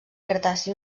cretaci